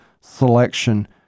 selection